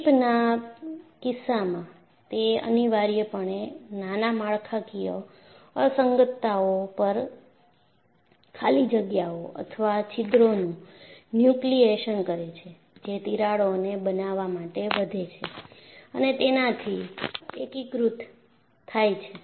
ક્રીપના કિસ્સામાં તે અનિવાર્યપણે નાના માળખાકીય અસંગતતાઓ પર ખાલી જગ્યાઓ અથવા છિદ્રોનું ન્યુક્લિએશન કરે છે જે તિરાડોને બનાવવા માટે વધે છે અને તેનાથી એકીકૃત થાય છે